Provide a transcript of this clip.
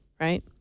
right